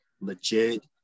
legit